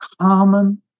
common